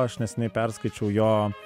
aš neseniai perskaičiau jo